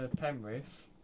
Penrith